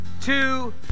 two